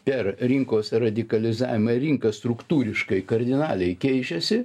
per rinkos radikalizavimą rinka struktūriškai kardinaliai keičiasi